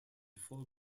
full